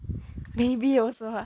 maybe also ah